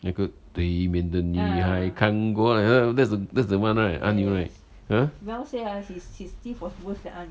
那个对面的女孩看过来 that's the that's the one right 阿牛 right uh